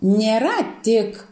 nėra tik